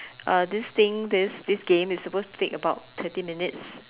uh this thing this this game is supposed to take about thirty minutes